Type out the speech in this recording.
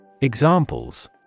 Examples